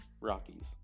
Rockies